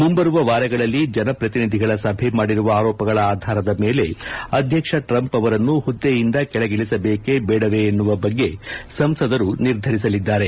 ಮುಂಬರುವ ವಾರಗಳಲ್ಲಿ ಜನಪ್ರತಿನಿಧಿಗಳ ಸಭೆ ಮಾಡಿರುವ ಆರೋಪಗಳ ಆಧಾರದ ಮೇಲೆ ಅಧ್ಯಕ್ಷ ಟ್ರಂಪ್ ಅವರನ್ನು ಹುದ್ದೆಯಿಂದ ಕೆಳಗಿಳಿಸಬೇಕೆ ಬೇಡವೇ ಎನ್ನುವ ಬಗ್ಗೆ ಸಂಸದರು ನಿರ್ಧರಿಸಲಿದ್ದಾರೆ